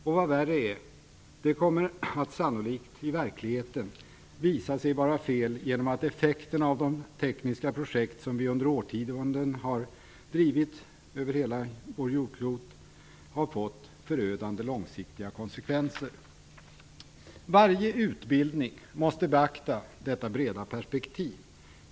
Och vad värre är kommer det sannolikt att i verkligheten visa sig vara fel genom att effekterna av de stora tekniska projekt som vi under årtionden har drivit över hela jorden fått förödande långsiktiga effekter. Vid varje utbildning måste detta breda perspektiv beaktas.